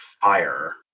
fire